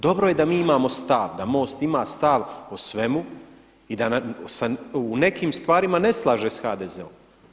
Dobro je da mi imamo stav, da Most ima stav o svemu i da se u nekim stvarima ne slaže s HDZ-om.